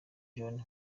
john